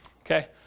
Okay